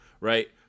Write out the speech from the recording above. right